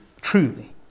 Truly